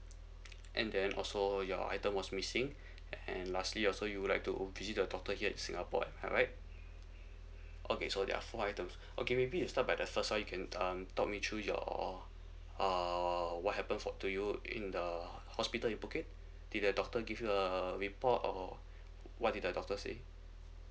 and then also your item was missing and lastly also you would like to visit the doctor here in singapore am I right okay so there are four items okay maybe you start by the first one you can um talk me through your uh what happened for to you in the hospital in phuket did the doctor give you a report or what did the doctor say